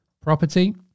property